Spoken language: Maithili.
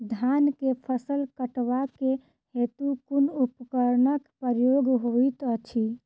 धान केँ फसल कटवा केँ हेतु कुन उपकरणक प्रयोग होइत अछि?